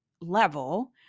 level